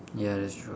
ya that's true